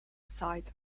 sites